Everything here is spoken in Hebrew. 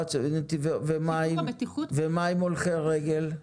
ומה עם הולכי רגל?